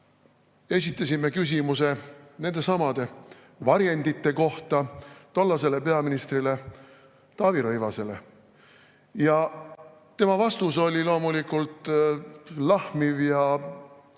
Esitasime küsimuse nendesamade varjendite kohta tollasele peaministrile Taavi Rõivasele. Tema vastus oli loomulikult lahmiv ja